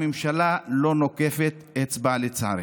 הממשלה לא נוקפת אצבע, לצערנו.